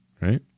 right